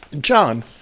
John